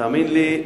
תאמין לי,